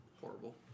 horrible